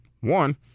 One